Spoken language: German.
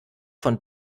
von